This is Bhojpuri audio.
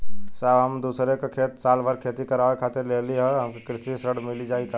साहब हम दूसरे क खेत साल भर खेती करावे खातिर लेहले हई हमके कृषि ऋण मिल जाई का?